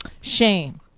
Shane